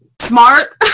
smart